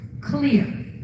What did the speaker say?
Clear